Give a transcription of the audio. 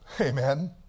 amen